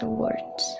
words